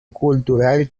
cultural